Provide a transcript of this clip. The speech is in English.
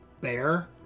bear